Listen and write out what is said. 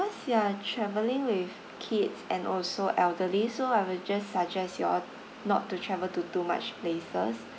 you're travelling with kids and also elderly so I'll just suggest you all not to travel to too much places